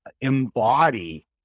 embody